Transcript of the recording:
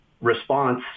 response